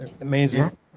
amazing